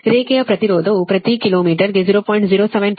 ರೇಖೆಯ ಪ್ರತಿರೋಧವು ಪ್ರತಿ ಕಿಲೋ ಮೀಟರ್ಗೆ 0